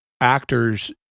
actors